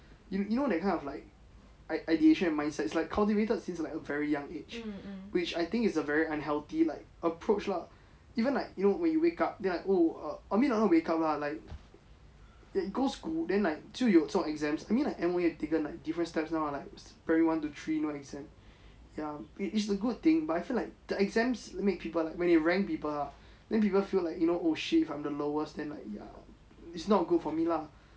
you you know that kind of like idea~ideation mindset it's like cultivated since like a very young age which I think it's a very unhealthy like approach lah you know when you wake up then like oh err I mean not wake up lah like go school then like 就有这种 exams I mean like M_O_E is given like different steps now ah like primary one to three you know exams ya it's a good thing but I feel like the exams make people like when they rank people lah then people feel like you know oh shit I'm the lowest then like ya it's not good for me lah